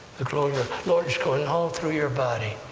the glory of the lord's going all through your body,